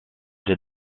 did